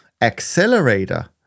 accelerator